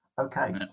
okay